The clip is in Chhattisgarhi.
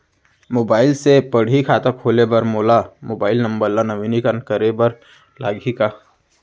मोबाइल से पड़ही खाता खोले बर मोला मोबाइल नंबर ल नवीनीकृत करे बर लागही का?